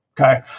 Okay